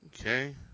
Okay